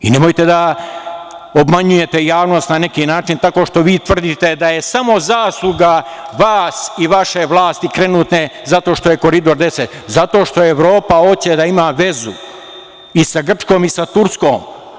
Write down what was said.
Nemojte da obmanjujete javnost, na neki način, tako što vi tvrdite da je samo zasluga vas i vaše vlasti trenutno zato što je Koridor 10, zato što Evropa hoće da ima vezu i sa Grčkom i sa Turskom.